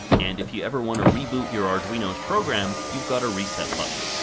and if you ever want to reboot your arduino's program, you've got a reset button.